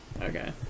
okay